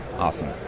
Awesome